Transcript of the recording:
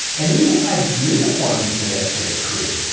and even had uniforms made up for the crew.